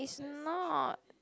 it's not